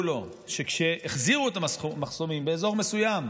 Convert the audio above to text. לו שכשהחזירו את המחסומים באזור מסוים,